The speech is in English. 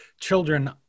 children